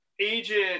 agent